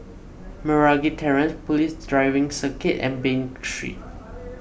Meragi Terrace Police Driving Circuit and Bain Street